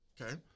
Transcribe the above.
Okay